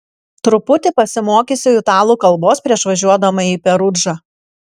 truputį pasimokysiu italų kalbos prieš važiuodama į perudžą